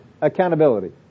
accountability